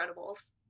Incredibles